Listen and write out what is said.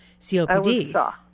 COPD